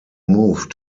moved